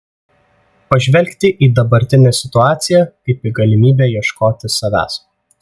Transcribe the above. pažvelgti į dabartinę situaciją kaip į galimybę ieškoti savęs